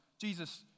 Jesus